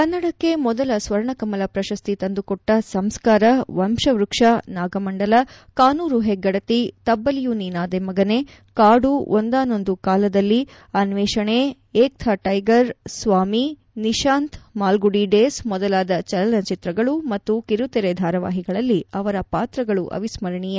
ಕನ್ನಡಕ್ಕೆ ಮೊದಲ ಸ್ವರ್ಣ ಕಮಲ ಪ್ರಶ್ತು ತಂದುಕೊಟ್ಟ ಸಂಸ್ಕಾರ ವಂಶವೃಕ್ಷ ನಾಗಮಂಡಲ ಕಾನೂರು ಹೆಗ್ಗಡತಿ ತಬ್ಬಲಿಯು ನೀನಾದೆ ಮಗನೆ ಕಾಡು ಒಂದಾನೊಂದು ಕಾಲದಲ್ಲಿ ಅನ್ವೇಷಣೆ ಏಕ್ ಥಾ ಟೈಗರ್ ಸ್ವಾಮಿ ನಿಶಾಂತ್ ಮಾಲ್ಗುಡಿ ಡೇಸ್ ಮೊದಲಾದ ಚಲನಚಿತ್ರಗಳು ಮತ್ತು ಕಿರುತೆರೆ ಧಾರವಾಹಿಗಳಲ್ಲಿ ಅವರ ಪಾತ್ರಗಳು ಅವಿಸ್ಮರಣಿಯ